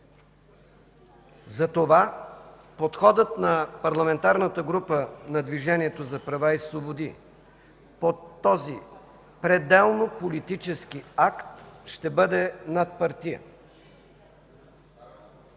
Затова подходът на Парламентарната група на Движението за права и свободи по този пределно политически акт ще бъде надпартиен.